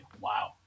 Wow